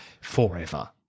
forever